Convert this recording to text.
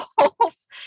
holes